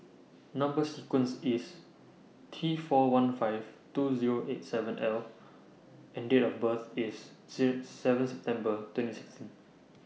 Number sequence IS T four one five two Zero eight seven L and Date of birth IS seven September twenty sixteen